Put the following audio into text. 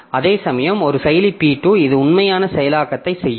அதேசமயம் ஒரு செயலி P2 இது உண்மையான செயலாக்கத்தை செய்யும்